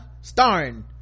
starring